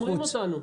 גומרים אותנו.